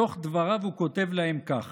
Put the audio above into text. בתוך דבריו הוא כותב להם כך: